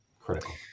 critical